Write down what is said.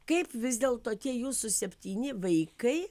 kaip vis dėlto tie jūsų septyni vaikai